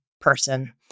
person